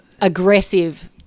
aggressive